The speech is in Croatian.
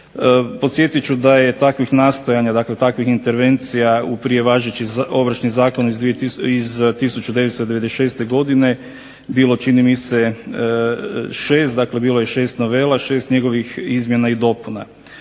Podsjetit ću da je takvih nastojanja, dakle takvih intervencija u pije važeći Ovršni zakon iz 1996. godine bilo čini mi se 6. Dakle, bilo je šest novela, šest njegovih izmjena i dopuna.